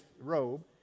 robe